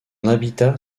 habitat